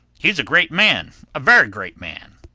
he's a great man a very great man.